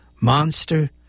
Monster